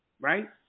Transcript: right